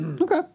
Okay